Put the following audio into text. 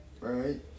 right